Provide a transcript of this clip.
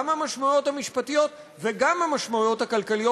גם המשמעויות המשפטיות וגם המשמעויות הכלכליות,